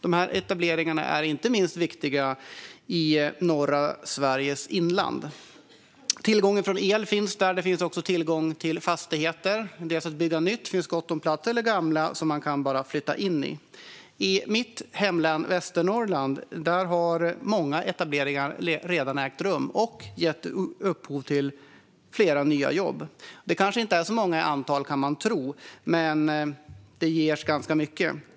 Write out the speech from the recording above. Dessa etableringar är inte minst viktiga i norra Sveriges inland. Tillgången till el finns där, och det finns också tillgång till fastigheter. Det finns gott om plats för att bygga nytt, och det finns också gamla fastigheter som man bara kan flytta in i. I mitt hemlän, Västernorrland, har många etableringar redan ägt rum och gett upphov till flera nya jobb. De kanske inte är så många i antal, kan man tro, men de ger ganska mycket.